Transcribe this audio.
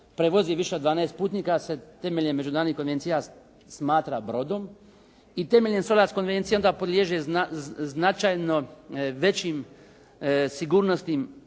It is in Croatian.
prevozi više od 12 putnika se temeljem međunarodnih konvencija smatra brodom i temeljem SOLAS konvencije onda podliježe značajno većim sigurnosnim,